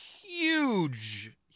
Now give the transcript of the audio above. huge